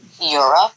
Europe